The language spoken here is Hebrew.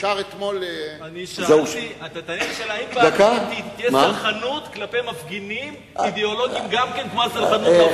אני שאלתי אם יש גם סלחנות כלפי מפגינים אידיאולוגים כמו הסלחנות אליהם.